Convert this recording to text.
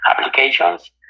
applications